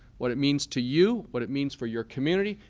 what it means to you, what it means for your community,